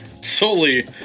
solely